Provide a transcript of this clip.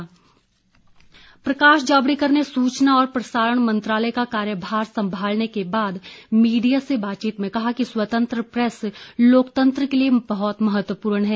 प्रकाश जावड़ेकर प्रकाश जावड़ेकर ने सूचना और प्रसारण मंत्रालय का कार्यभार संभालाने के बाद मीडिया से बातचीत में कहा कि स्वतंत्र प्रेस लोकतंत्र के लिए बह्त महत्वपूर्ण है